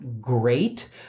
great